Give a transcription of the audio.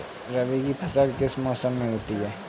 रबी की फसल किस मौसम में होती है?